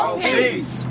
peace